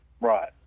Right